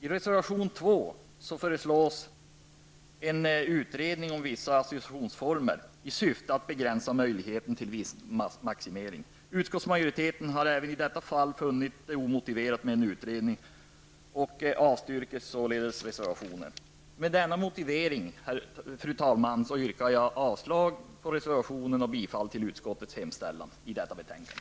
I reservation 2 föreslås en utredning om vissa associationsformer i syfte att begränsa möjligheten till vinstmaximering. Utskottsmajoriteten har även i detta fall funnit det omotiverat med en utredning och avstyrker således reservationen. Med den motiveringen, fru talman, yrkar jag avslag på reservationen och bifall till utskottets hemställan i detta betänkande.